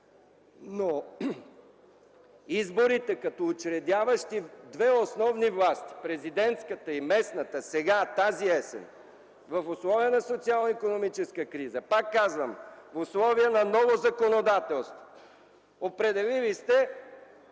за изборите като учредяващи две основни власти – президентската и местната, сега, тази есен, в условията на социално-икономическа криза, в условия на ново законодателство, сте определили да